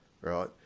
right